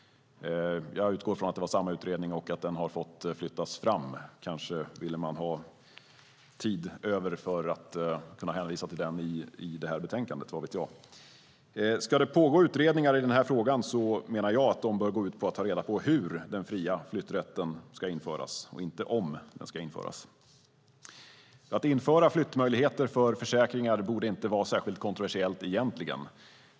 Jag utgår ifrån att det är samma utredning och att den har fått flyttas fram. Kanske ville man ha tid över för att kunna hänvisa till den i detta betänkande - vad vet jag? Ska det pågå utredningar i denna fråga menar jag att de bör gå ut på att ta reda på hur den fria rätten ska införas, inte om den ska införas. Att införa flyttmöjligheter för försäkringar borde inte vara särskilt kontroversiellt egentligen.